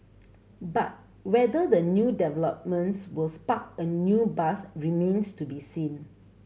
but whether the new developments will spark a new buzz remains to be seen